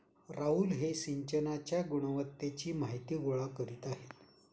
राहुल हे सिंचनाच्या गुणवत्तेची माहिती गोळा करीत आहेत